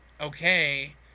okay